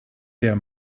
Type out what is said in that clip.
der